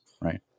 right